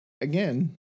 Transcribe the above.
again